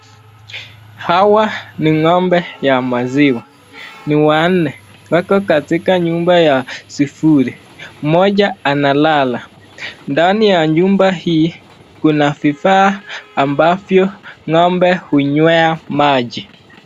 Hawa ni ng'ombe ya maziwa, ni wanne. Wako katika nyumba ya sifuri, mmoja analala. Ndani ya nyumba hii kuna vifaa ambavyo ng'ombe hunywea maji.